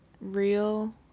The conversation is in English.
Real